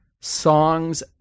songs